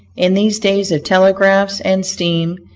in these days of telegraphs and steam,